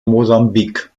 mosambik